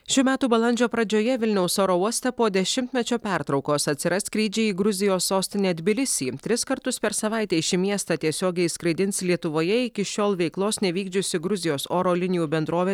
šių metų balandžio pradžioje vilniaus oro uoste po dešimtmečio pertraukos atsiras skrydžiai į gruzijos sostinę tbilisį tris kartus per savaitę į šį miestą tiesiogiai skraidins lietuvoje iki šiol veiklos nevykdžiusi gruzijos oro linijų bendrovė